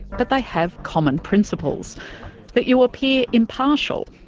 but they have common principles that you appear impartial,